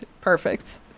Perfect